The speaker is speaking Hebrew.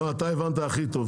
לא, אתה הבנת הכי טוב.